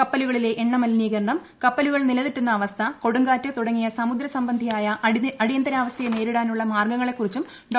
കപ്പലുകളിലെ എണ്ണ മലിനീകരണം കപ്പലൂക്ക്ർ നിലതെറ്റുന്ന അവസ്ഥ കൊടുങ്കാറ്റ് തുടങ്ങിയ സമുദ്ര സംബന്ധിയായ അടിയന്തരാവസ്ഥയെ നേരിടാനുള്ള മാർഗ്ഗുങ്ങളെക്കുറിച്ചും ഡോ